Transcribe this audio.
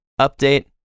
update